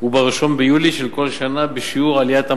וב-1 ביולי של כל שנה בשיעור עליית המדד.